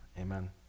Amen